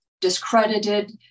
discredited